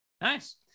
nice